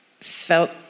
felt